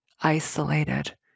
isolated